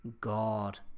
God